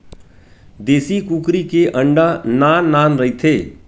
देसी कुकरी के अंडा नान नान रहिथे